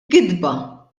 gidba